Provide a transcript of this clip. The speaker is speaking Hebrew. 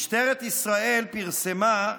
משטרת ישראל פרסמה,